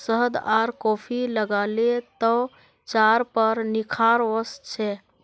शहद आर कॉफी लगाले त्वचार पर निखार वस छे